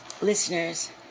listeners